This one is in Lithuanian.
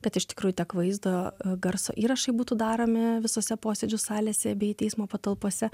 kad iš tikrųjų tiek vaizdo garso įrašai būtų daromi visose posėdžių salėse bei teismo patalpose